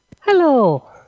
Hello